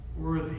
worthy